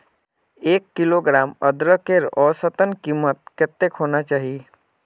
एक किलोग्राम अदरकेर औसतन कीमत कतेक होना चही?